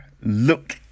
look